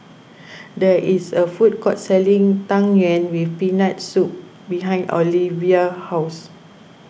there is a food court selling Tang Yuen with Peanut Soup behind Olivia's house